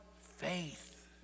Faith